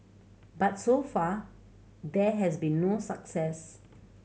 but so far there has been no success